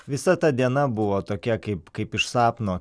visa ta diena buvo tokia kaip kaip iš sapno